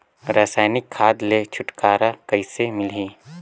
रसायनिक खाद ले छुटकारा कइसे मिलही?